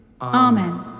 Amen